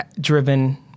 driven